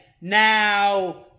Now